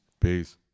Peace